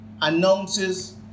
announces